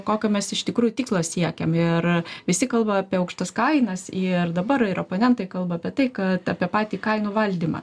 kokio mes iš tikrųjų tikslo siekiam ir visi kalba apie aukštas kainas ir dabar ir oponentai kalba apie tai kad apie patį kainų valdymą